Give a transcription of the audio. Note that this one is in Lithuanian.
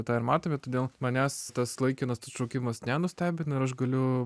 tą ir matome todėl manęs tas laikinas atšaukimas nenustebino ir aš galiu